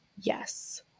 Yes